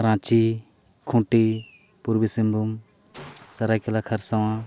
Ranchi Khunti Purbi Singhbhum ᱥᱯᱚᱨᱟᱭᱠᱮᱞᱟ Kharsawan